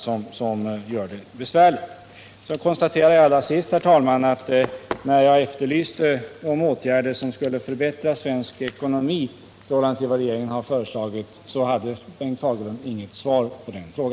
Jag konstaterar till sist, herr talman, att när jag efterlyste åtgärder som skulle förbättra svensk ekonomi i förhållande till vad regeringen har föreslagit hade Bengt Fagerlund inget svar att ge.